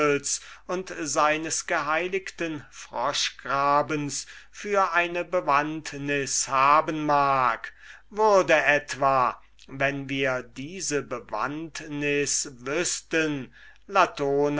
und seines geheiligten froschgrabens für eine bewandtnis haben mag würde etwa wenn wir diese bewandtnis wüßten